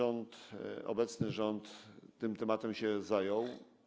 Obecny rząd tym tematem się zajął.